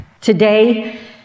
Today